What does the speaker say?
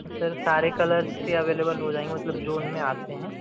sir सारे colours के अवेलेवल हो जाएंगे मतलब जो उनमें आते हैं